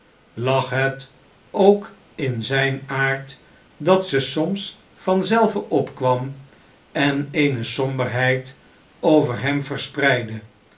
het ook in zijn aard dat ze soms vanzelve opkwam en eene somberheid over hem verspreidde